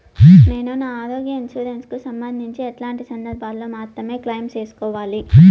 నేను నా ఆరోగ్య ఇన్సూరెన్సు కు సంబంధించి ఎట్లాంటి సందర్భాల్లో మాత్రమే క్లెయిమ్ సేసుకోవాలి?